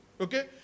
okay